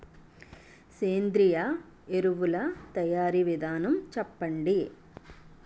సేంద్రీయ ఎరువుల తయారీ విధానం చెప్పండి?